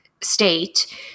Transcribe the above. state